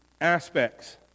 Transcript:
aspects